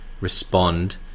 respond